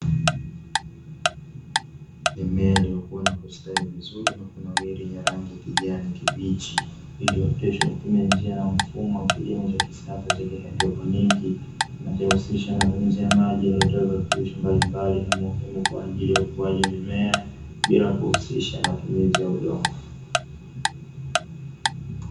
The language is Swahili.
Mimea iliyokua na kustawi vizuri na kunawili yenye rangi ya kijani kibichi, ililiyo oteshwa kwa kutumia mfumo wa kilimo cha kisasa cha kihaidroponiki, kinacho husisha matumizi ya maji yanayo toa virutubisho mbalimbali kwa ajili ya ukuaji wa mimea, bila kuhusisha matumizi ya udongo.